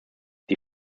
die